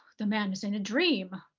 the man is in a dream.